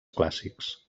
clàssics